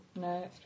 No